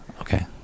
Okay